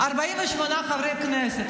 48 חברי כנסת.